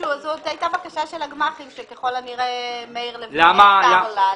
זאת הייתה בקשה של הגמ"חים שככל הנראה מאיר לוין נעתר לה,